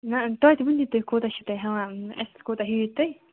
نہ توتہِ ؤنِو تُہۍ کوتاہ چھِو ہیٚوان اسہِ کوتاہ ہیٚیِو تُہۍ